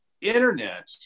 internet